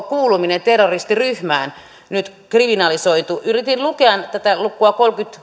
kuuluminen terroristiryhmään nyt kriminalisoitu yritin lukea tätä lukua